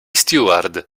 steward